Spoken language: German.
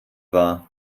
war